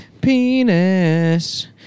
penis